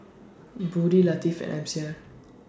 Budi Latif and Amsyar